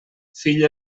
fill